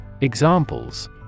Examples